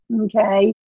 Okay